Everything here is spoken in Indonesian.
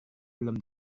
belum